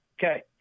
Okay